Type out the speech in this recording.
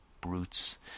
brutes